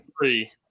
three